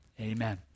Amen